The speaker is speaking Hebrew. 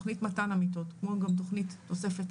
תוכנית מתן המיטות כמו גם תוכנית תוספת